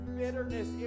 bitterness